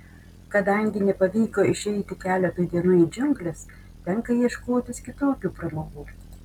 kadangi nepavyko išeiti keletui dienų į džiungles tenka ieškotis kitokių pramogų